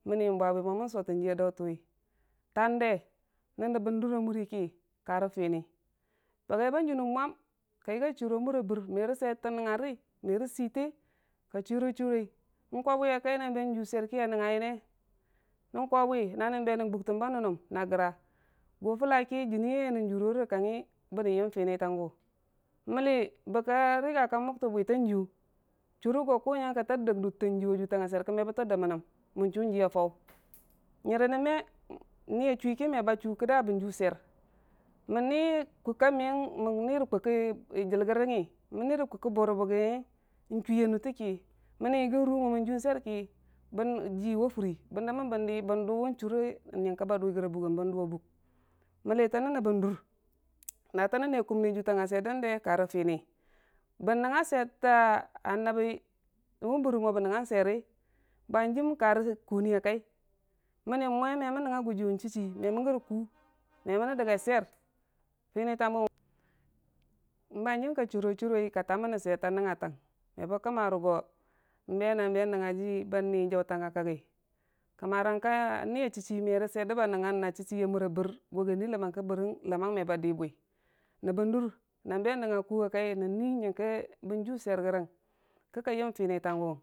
Mənni bwabwi mo mən sotən jiya dautəmwi, tande, nən nəbbən nur a muriki korə Fim, bagi ba jinəm mwam ka yigi a chiro mura bər merə swetətə nəngngari merə seite ka chiro chiro n'kwabi a kai n'be juu swer ki a nəngnga yonne, nən kawe bwi na nən be nən guk təmba nənnəm a gra gu Fulla ki juniyaiye nən jurore nən kangngi bənnən yəm fini ta gu, mənni bə ka riga ka mugtə bwitajiyu, chure go ku nyən ki tə dək dʊtətajiyu a sweir kə me bətə dəmən nəm, mən chu jiya Fau nyərə nən me, nii ya chuwi ki me ba chu go bən juu sweir, mən nii kʊkamiyəm mən nii rə kʊkkə jəlgərəng ngi, mən nii rə kʊkkə, bʊgrə-bʊggiyəngi, n'chum a nʊttʊ ki, mənni yəgi yu mo mən juu sweir ki bən wa furi bən dəmən bən dii bən du wu chure nyənkə ba duwi gəre a buggi bən duwa bʊg, mənni tənnin nəbbən dur na tən nən ne kumni juu tangnga sweir dande korə Fini bə nəngnga sweitəta, a nəbbi wu bəre mo bə nəngnga sweiri ba hanjim karə kuni a kai, mənm mwe me mən nəngnga gujiyu n'chi- chi me mənnən gəre kʊ, me mənnən dagə sweir Fini ta mu, ba hangim ka chiro chiroi ka tamən nən sweite nəngngatang me bə kəmma re go, n'be na be nəngnga ji ba ni jauta a kakgi, kəm marang ka nii merə sweir dəba nəngnga na chii chii a mura bər, go gə nui ləmmang ka bərəng, ləmmang me ba di bwi, nəbbən durq na be nəngnga ku kai, na nui nyərə ki bə juu sweirə gəng kə kən yən Finita guwu.